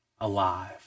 alive